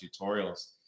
tutorials